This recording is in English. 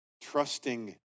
trusting